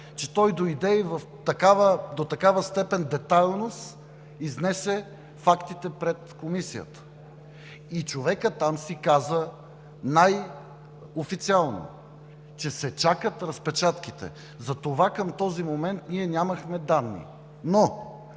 че той дойде и до такава степен детайлно изнесе фактите пред Комисията. И човекът там си каза най-официално, че се чакат разпечатките, затова към този момент ние нямахме данни, но